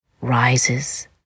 rises